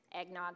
eggnog